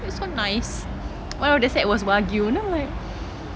it's so nice one of the set was wagyu then I'm like